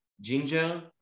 ginger